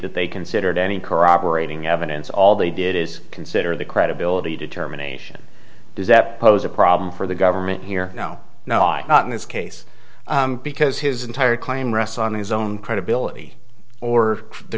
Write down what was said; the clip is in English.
that they considered any corroborating evidence all they did is consider the credibility determination does that pose a problem for the government here no not in this case because his entire claim rests on his own credibility or the